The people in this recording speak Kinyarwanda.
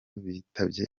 bitabye